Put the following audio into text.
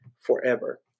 forever